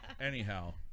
Anyhow